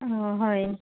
অ হয়